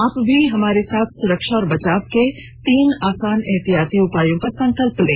आप भी हमारे साथ सुरक्षा और बचाव के तीन आसान एहतियाती उपायों का संकल्प लें